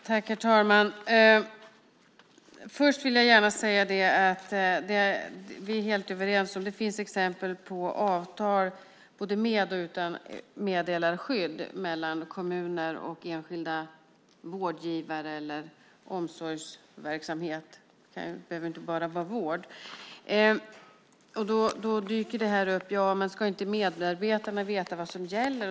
Herr talman! Först vill jag säga att vi är helt överens. Det finns exempel på avtal både med och utan meddelarskydd mellan kommuner och enskilda vårdgivare eller omsorgsverksamhet - det behöver inte bara vara vård. Då dyker frågan upp om medarbetarna inte ska veta vad som gäller.